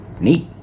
Neat